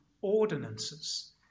ordinances